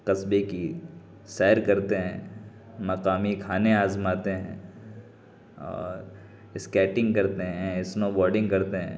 قصبے کی سیر کرتے ہیں مقامی کھانے آزماتے ہیں اور اسکیٹنگ کرتے ہیں اسنو بورڈنگ کرتے ہیں